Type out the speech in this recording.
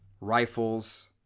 Rifles